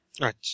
Right